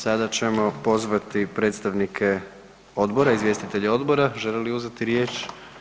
Sada ćemo pozvati predstavnike odbora, izvjestitelje odbora, žele li uzeti riječ?